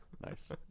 Nice